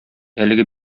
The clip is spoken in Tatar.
әлеге